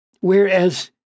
whereas